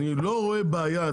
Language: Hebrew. אני לא רואה בעיה,